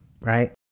right